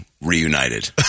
reunited